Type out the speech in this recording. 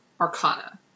arcana